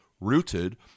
rooted